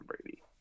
Brady